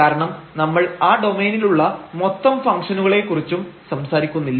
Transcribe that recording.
കാരണം നമ്മൾ ആ ഡോമൈനിലുള്ള മൊത്തം ഫംഗ്ഷനുകളെ കുറിച്ചും സംസാരിക്കുന്നില്ല